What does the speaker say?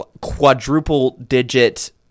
quadruple-digit